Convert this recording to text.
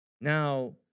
Now